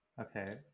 Okay